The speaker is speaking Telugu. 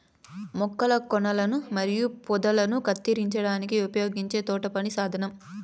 మొక్కల కొనలను మరియు పొదలను కత్తిరించడానికి ఉపయోగించే తోటపని సాధనం